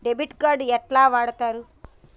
Debit card ఎట్లా వాడుతరు?